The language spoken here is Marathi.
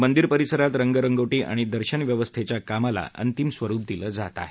मंदिर परिसरात रंगरंगोटी आणि दर्शन व्यवस्थेच्या कामाला अंतिम स्वरुप दिलं जात आहे